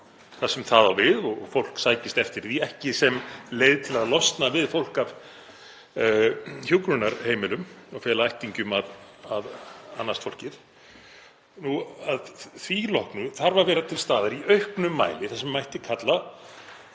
þar sem það á við og að fólk sækist eftir því, ekki sem leið til að losna við fólk af hjúkrunarheimilum og fela ættingjum að annast fólkið. Að því loknu þarf að vera til staðar í auknum mæli það sem mætti kalla